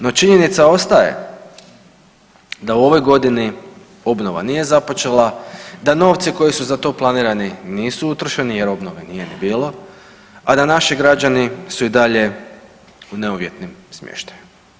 No, činjenica ostaje da u ovoj godini obnova nije započela, da novci koji su za to planirani nisu utrošeni jer obnove nije ni bilo a da naši građani su i dalje u neuvjetnim smještajima.